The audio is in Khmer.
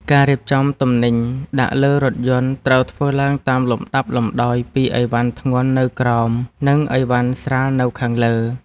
ការរៀបចំទំនិញដាក់លើរថយន្តត្រូវធ្វើឡើងតាមលំដាប់លំដោយពីអីវ៉ាន់ធ្ងន់នៅក្រោម និងអីវ៉ាន់ស្រាលនៅខាងលើ។